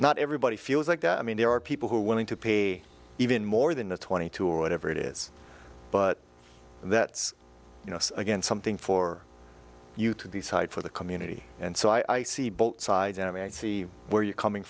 not everybody feels like that i mean there are people who are willing to pay even more than a twenty two or whatever it is but that's you know again something for you to decide for the community and so i see both sides and i see where you're coming